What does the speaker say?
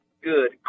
Good